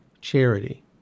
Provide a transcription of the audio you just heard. charity